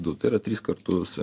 du tai yra tris kartus